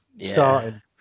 Starting